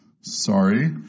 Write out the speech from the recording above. Sorry